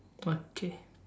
okay